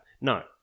No